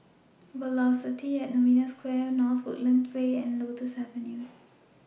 Velocity At Novena Square North Woodlands Way and Lotus Avenue